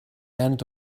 end